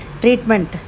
treatment